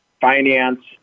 finance